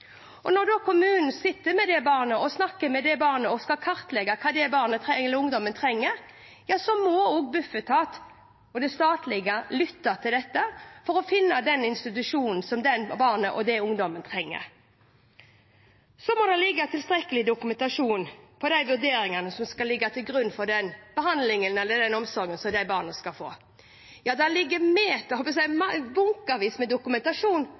Når kommunen sitter og snakker med det barnet eller den ungdommen og skal kartlegge hva det barnet eller den ungdommen trenger, må Bufetat og staten lytte til dem for å finne den institusjonen som barnet eller ungdommen trenger. Det må også foreligge tilstrekkelig dokumentasjon av de vurderingene som skal ligge til grunn for den behandlingen eller omsorgen barnet skal få. Det foreligger bunkevis med